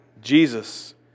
Jesus